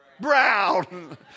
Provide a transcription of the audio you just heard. Brown